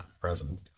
present